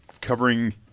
covering